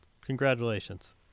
Congratulations